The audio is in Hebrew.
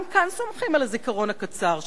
גם כאן סומכים על הזיכרון הקצר שלנו.